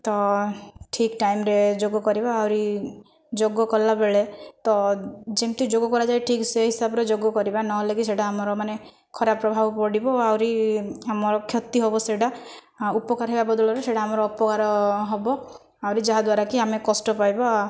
ତ ଠିକ୍ ଟାଇମ୍ରେ ଯୋଗ କରିବା ଆହୁରି ଯୋଗ କଲାବେଳେ ତ ଯେମିତି ଯୋଗ କରାଯାଏ ଠିକ ସେହି ହିସାବରେ ଯୋଗ କରିବା ନହେଲେ କି ସେଇଟା ଆମର ମାନେ ଖରାପ ପ୍ରବାହ ପଡ଼ିବ ଆହୁରି ଆମର କ୍ଷତି ହେବ ସେଇଟା ଉପକାର ହେବା ବଦଳରେ ସେଇଟା ଆମର ଅପକାର ହେବ ଆହୁରି ଯାହାଦ୍ୱାରା କି ଆମେ କଷ୍ଟ ପାଇବା